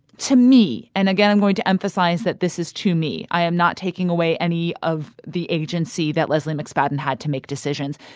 to me and again, i'm going to emphasize that this is to me. i am not taking away any of the agency that lezley mcspadden had to make decisions.